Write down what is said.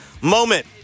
moment